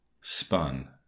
spun